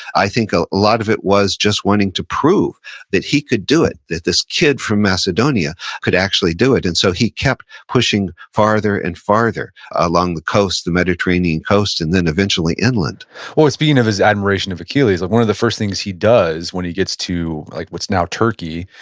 i think a lot of it was just wanting to prove that he could do it, that this kid from macedonia could actually do it. and so, he kept pushing farther and farther along the coast, the mediterranean coast, and then, eventually, england speaking of his admiration of achilles, one of the first things he does when he gets to like what's now turkey,